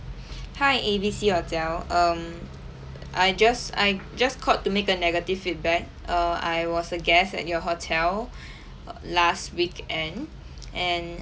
hi A_B_C hotel um I just I just called to make a negative feedback err I was a guest at your hotel err last weekend and